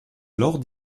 alors